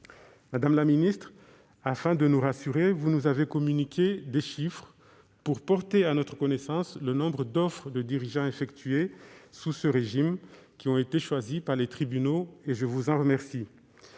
Madame la ministre, afin de nous rassurer, vous avez porté à notre connaissance le nombre d'offres de dirigeants effectuées sous ce régime qui ont été choisies par les tribunaux. Je vous en remercie.